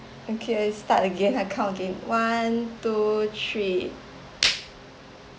okay start again I count again one two three